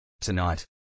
Tonight